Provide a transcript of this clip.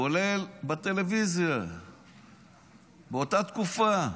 כולל בטלוויזיה באותה תקופה,